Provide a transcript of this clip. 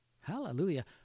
Hallelujah